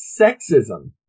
sexism